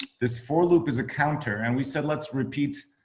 this four loop as a counter. and we said let's repeat.